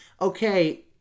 okay